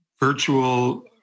Virtual